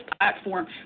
platform